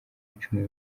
icumi